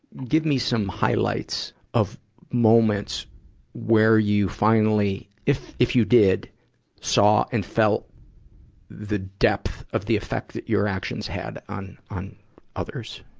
give me some highlights of moments where you finally if, if you did saw and felt the depth of the affect that your actions had on, on others.